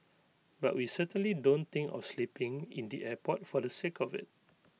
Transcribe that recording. but we certainly don't think of sleeping in the airport for the sake of IT